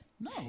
No